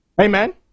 Amen